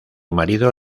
marido